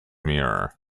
mirror